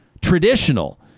traditional